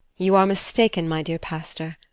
you are mistaken, my dear pastor.